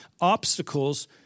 obstacles